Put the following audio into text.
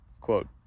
Quote